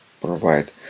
provide